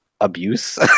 abuse